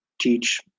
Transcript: teach